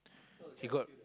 he got